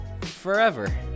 forever